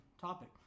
topic